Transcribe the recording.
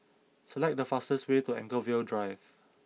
select the fastest way to Anchorvale Drive